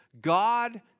God